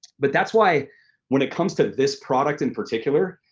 but that's why when it comes to this product in particular,